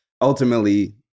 ultimately